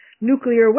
nuclear